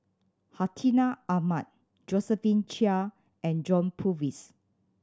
Hartinah Ahmad Josephine Chia and John Purvis